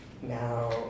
now